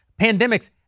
Pandemics